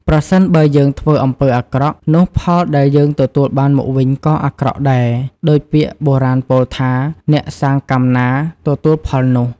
ប្រសិនបើយើងធ្វើអំពើអាក្រក់ នោះផលដែលយើងទទួលបានមកវិញក៏អាក្រក់ដែរ ដូចពាក្យបុរាណពោលថា "អ្នកសាងកម្មណា ទទួលផលនោះ"។